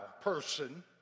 person